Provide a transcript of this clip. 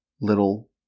little